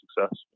success